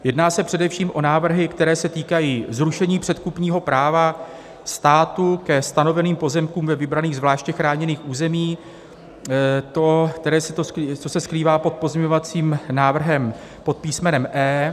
Jedná se především o návrhy, které se týkají zrušení předkupního práva státu ke stanoveným pozemkům ve vybraných zvláště chráněných území, které se skrývá pod pozměňovacím návrhem pod písmenem E.